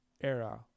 era